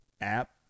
app